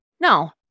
No